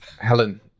Helen